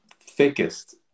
thickest